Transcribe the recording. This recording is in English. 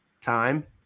Time